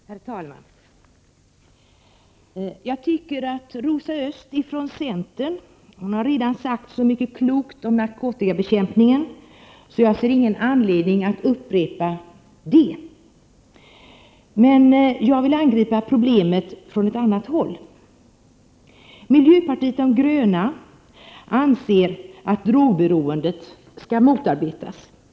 Herr talman! Jag tycker att Rosa Östh från centern sade mycket klokt om narkotikabekämpningen; jag ser inte någon anledning att upprepa det. Jag vill angripa problemet från ett annat håll. Miljöpartiet de gröna anser, liksom alla andra, att drogberoendet skall motarbetas.